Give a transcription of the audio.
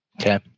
Okay